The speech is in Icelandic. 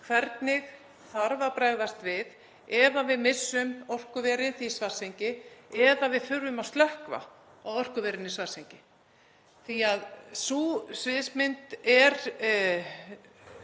hvernig þarf að bregðast við ef við missum orkuverið í Svartsengi eða við þurfum að slökkva á orkuverinu í Svartsengi, því að sú sviðsmynd